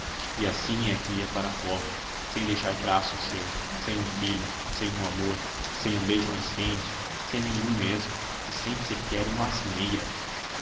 e assim é que ia para a cova sem deixar traço seu sem um filho sem um amor sem um beijo mais quente sem nenhum mesmo e sem sequer uma asneira